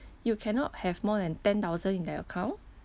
you cannot have more than ten thousand in that account